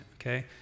okay